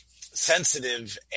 sensitive